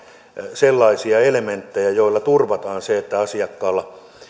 sellaisia elementtejä joilla turvataan se että asiakkaalla